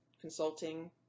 consulting